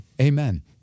Amen